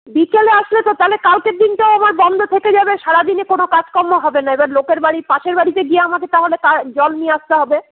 বিকেলে আসলে তো তাহলে কালকের দিনটাও আমার বন্ধ থেকে যাবে সারাদিনে কোনো কাজকম্ম হবেনা এবার লোকের বাড়ি পাশের বাড়িতে গিয়ে আমাকে তাহলে জল নিয়ে আসতে হবে